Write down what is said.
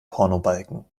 pornobalken